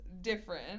different